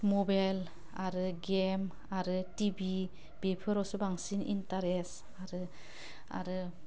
मबेल आरो गेम आरो टिभि बेफोरावसो बांसिन इन्टारेस्ट आरो आरो